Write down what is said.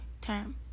term